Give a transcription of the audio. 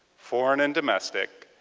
foreign and domestic,